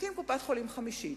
נקים קופת-חולים חמישית.